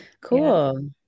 Cool